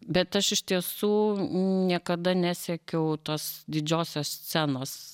bet aš iš tiesų niekada nesiekiau tos didžiosios scenos